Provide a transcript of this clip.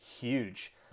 Huge